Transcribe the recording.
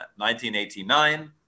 1989